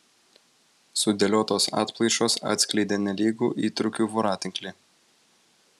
sudėliotos atplaišos atskleidė nelygų įtrūkių voratinklį